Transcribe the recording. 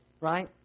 right